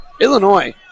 Illinois